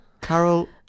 Carol